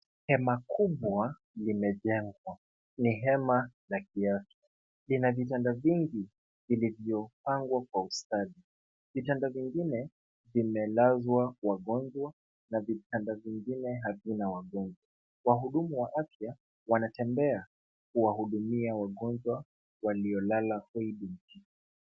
Hema kubwa limejengwa. Ni hema la kiafya. Lina vitanda vingi vilivyopangwa kwa ustadi. Vitanda vingine vimelazwa wagonjwa na vitanda vingine havina wagonjwa. Wahudumu wa afya wanatembea kuwahudumia wagonjwa waliolala kwa hii tenti .